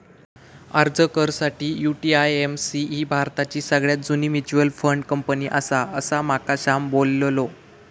अर्ज कर साठी, यु.टी.आय.ए.एम.सी ही भारताची सगळ्यात जुनी मच्युअल फंड कंपनी आसा, असा माका श्याम बोललो